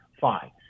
Fine